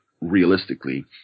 realistically